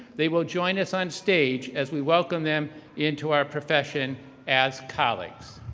they will join us on stage as we welcome them into our profession as colleagues.